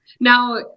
Now